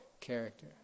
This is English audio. character